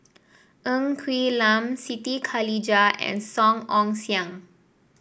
Ng Quee Lam Siti Khalijah and Song Ong Siang